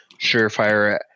Surefire